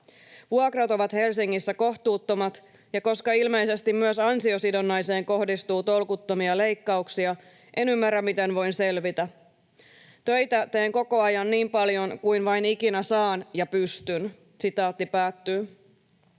Vuokrat ovat Helsingissä kohtuuttomat, ja koska ilmeisesti myös ansiosidonnaiseen kohdistuu tolkuttomia leikkauksia, en ymmärrä, miten voin selvitä. Töitä teen koko ajan niin paljon kuin vain ikinä saan ja pystyn.” ”Heikentää